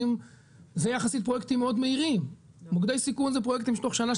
אלה יחסית פרויקטים מאוד מהירים, מוקדי סיכון אלה